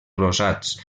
rosats